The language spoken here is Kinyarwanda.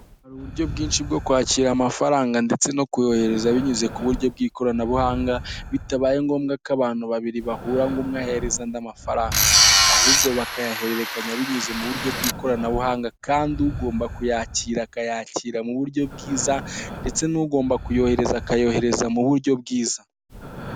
Hari uburyo bwinshi bwo kwakira amafaranga ndetse no kuyohereza binyuze ku buryo bw'ikoranabuhanga, bitabaye ngombwa ko abantu babiri bahura ngo umwe ahereza undi amafaranga, ahubwo bakayahererekanya binyuze mu buryo bw'ikoranabuhanga kandi ugomba kuyakira akayakira mu buryo bwiza ndetse n'ugomba kuyohereza akayohereza mu buryo bwiza.